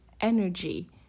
energy